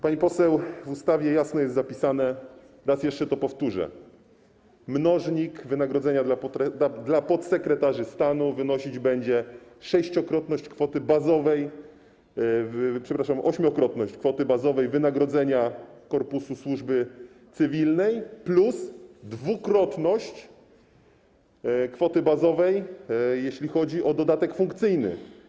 Pani poseł, w ustawie jasno jest zapisane, raz jeszcze to powtórzę: mnożnik wynagrodzenia dla podsekretarzy stanu wynosić będzie sześciokrotność kwoty bazowej, przepraszam, ośmiokrotność kwoty bazowej wynagrodzenia korpusu służby cywilnej plus dwukrotność kwoty bazowej, jeśli chodzi o dodatek funkcyjny.